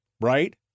right